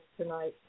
tonight